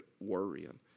worrying